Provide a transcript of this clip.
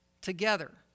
Together